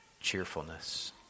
cheerfulness